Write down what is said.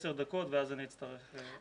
עשר דקות ואז אני אצטרך ללכת.